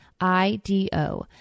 I-D-O